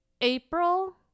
April